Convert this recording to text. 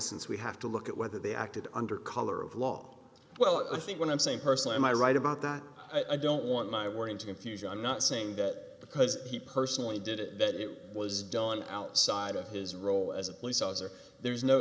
since we have to look at whether they acted under color of law well i think what i'm saying personally am i right about that i don't want my wording to confusion i'm not saying that because he personally did it that it was done outside of his role as a police officer there is no